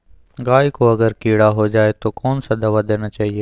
गाय को अगर कीड़ा हो जाय तो कौन सा दवा देना चाहिए?